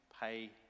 pay